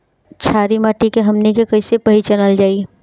छारी माटी के हमनी के कैसे पहिचनल जाइ?